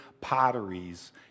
potteries